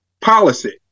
policy